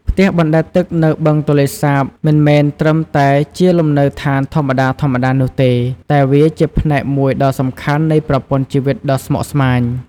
ផ្ទះបណ្ដែតទឹកនៅបឹងទន្លេសាបមិនមែនត្រឹមតែជាលំនៅឋានធម្មតាៗនោះទេ តែវាជាផ្នែកមួយដ៏សំខាន់នៃប្រព័ន្ធជីវិតដ៏ស្មុគស្មាញ។